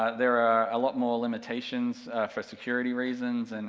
ah there are a lot more limitations for security reasons, and